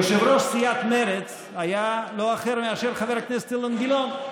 יושב-ראש סיעת מרצ היה לא אחר מאשר חבר הכנסת אילן גילאון.